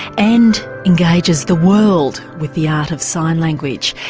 and engages the world with the art of sign language.